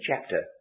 chapter